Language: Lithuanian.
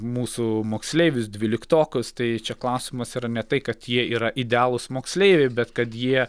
mūsų moksleivius dvyliktokus tai čia klausimas yra ne tai kad jie yra idealūs moksleiviai bet kad jie